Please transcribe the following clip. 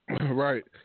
Right